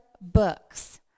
books